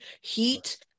heat